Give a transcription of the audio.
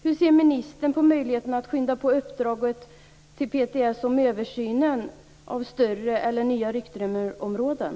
Hur ser ministern på möjligheten att skynda på uppdraget till PTS om översyn när det gäller större eller nya riktnummerområden?